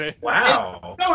Wow